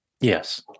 Yes